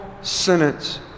sentence